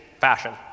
fashion